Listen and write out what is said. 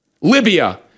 Libya